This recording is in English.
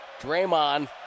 Draymond